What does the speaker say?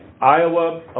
Iowa